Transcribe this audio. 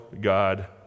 God